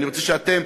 אני רוצה שאתם,